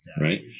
right